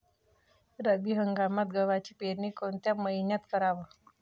रब्बी हंगामात गव्हाची पेरनी कोनत्या मईन्यात कराव?